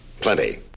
Plenty